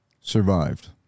survived